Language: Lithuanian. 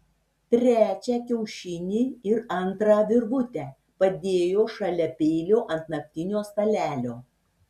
trečią kiaušinį ir antrą virvutę padėjo šalia peilio ant naktinio stalelio